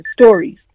stories